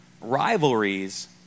rivalries